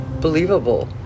Believable